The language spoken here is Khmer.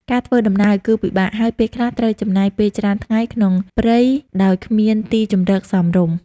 ការធ្វើដំណើរគឺពិបាក ហើយពេលខ្លះត្រូវចំណាយពេលច្រើនថ្ងៃក្នុងព្រៃដោយគ្មានទីជម្រកសមរម្យ។